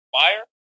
fire